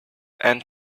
and